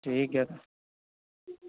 ᱴᱷᱤᱠ ᱜᱮᱭᱟ